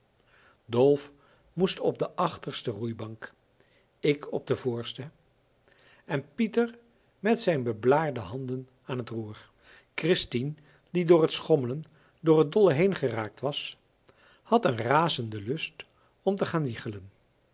dolf moest op de achterste roeibank ik op de voorste en pieter met zijn beblaarde handen aan t roer christien die door t schommelen door t dolle heen geraakt was had een razenden lust om te gaan wiegelen